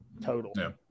total